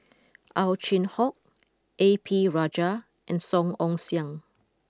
Ow Chin Hock A P Rajah and Song Ong Siang